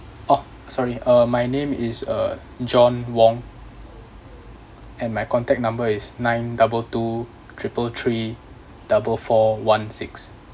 orh sorry uh my name is uh john wong and my contact number is nine double two triple three double four one six